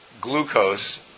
glucose